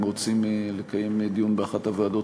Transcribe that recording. אם רוצים לקיים דיון באחת הוועדות,